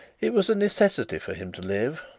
it was a necessity for him to live,